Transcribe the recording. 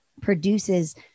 produces